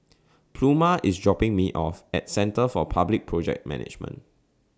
Pluma IS dropping Me off At Centre For Public Project Management